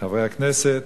חברי הכנסת,